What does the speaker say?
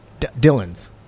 Dylan's